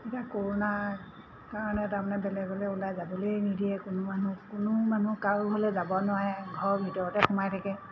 এতিয়া কৰোনাৰ কাৰণে তাৰ মানে বেলেগলৈ ওলাই যাবলৈয়ে নিদিয়ে কোনো মানুহ কোনো মানুহ কাৰো ঘৰলৈ যাব নোৱাৰে ঘৰৰ ভিতৰতে সোমাই থাকে